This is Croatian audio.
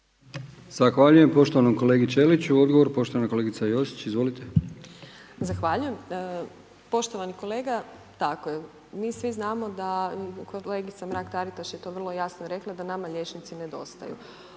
Zahvaljujem poštovanom kolegi Ćeliću. Odgovor poštovana kolegica Josić, izvolite. **Josić, Željka (HDZ)** Zahvaljujem. Poštovani kolega, tako je. Mi svi znamo da, kolegica Mrak-Taritaš je to vrlo jasno rekla da nama liječnici nedostaju.